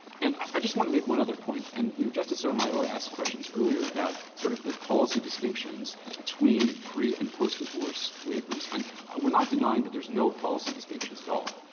and i just want to make one other point. and, you know, justice sotomayor asked questions earlier about sort of the policy distinctions between pre and post-divorce waivers. and we're not denying that there's no policy distinctions at all.